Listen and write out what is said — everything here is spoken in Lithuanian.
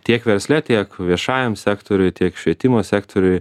tiek versle tiek viešajam sektoriuj tiek švietimo sektoriuj